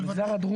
המינהליים.